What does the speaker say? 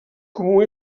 comú